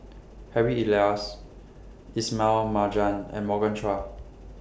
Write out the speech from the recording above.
Harry Elias Ismail Marjan and Morgan Chua